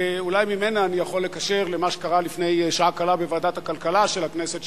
אולי ממנה אני יכול לקשר למה שקרה לפני שעה קלה בוועדת הכלכלה בכנסת,